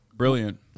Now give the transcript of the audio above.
Brilliant